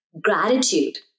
gratitude